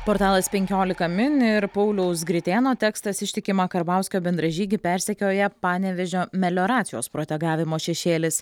portalas penkiolika min ir pauliaus gritėno tekstas ištikimą karbauskio bendražygį persekioja panevėžio melioracijos protegavimo šešėlis